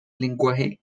lenguaje